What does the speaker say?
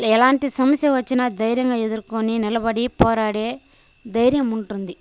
ఎలాంటి సమస్య వచ్చిన దైర్యంగా ఎదుర్కొని నిలబడి పోరాడే ధైర్యం ఉంటుంది